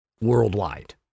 worldwide